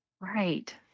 Right